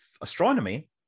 astronomy